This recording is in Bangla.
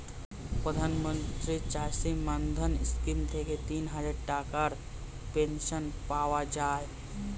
প্রধানমন্ত্রী চাষী মান্ধান স্কিম থেকে তিনহাজার টাকার পেনশন পাওয়া যায়